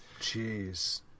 Jeez